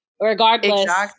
Regardless